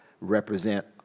represent